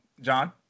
John